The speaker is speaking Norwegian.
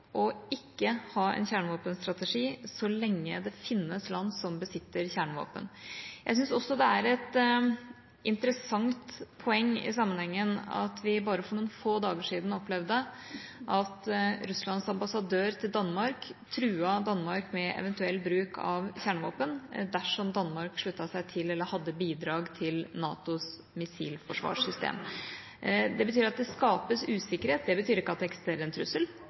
å ikke ha en kjernevåpenstrategi så lenge det finnes land som besitter kjernevåpen. Jeg syns også det er et interessant poeng i sammenhengen at vi bare for noen få dager siden opplevde at Russlands ambassadør til Danmark truet Danmark med eventuell bruk av kjernevåpen dersom Danmark hadde bidrag til NATOs missilforsvarssystem. Det betyr at det skapes usikkerhet. Det betyr ikke at det eksisterer en trussel, men det skapes en usikkerhet som gjør at dette fortsatt er en